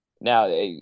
Now